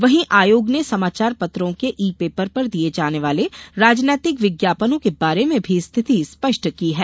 वहीं आयोग ने समाचार पत्रों के ई पेपर पर दिये जाने वाले राजनैतिक विज्ञापनों के बारे में भी स्थिति स्पष्ट की है